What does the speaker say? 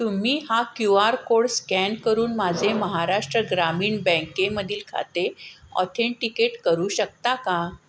तुम्ही हा Q R code scan करून माझे महाराष्ट्र ग्रामीण बँकेमधील खाते ऑथेंटिकेट करू शकता का